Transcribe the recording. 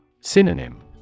Synonym